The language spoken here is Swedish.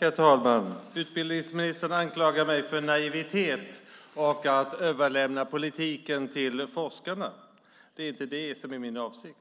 Herr talman! Utbildningsministern anklagar mig för naivitet och för att överlämna politiken till forskarna. Det är inte min avsikt.